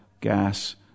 gas